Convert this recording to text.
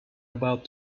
about